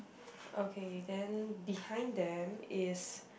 okay then behind them is